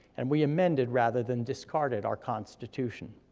and we amended rather than discarded our constitution.